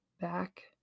back